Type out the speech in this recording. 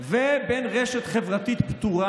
ובין רשת חברתית פטורה,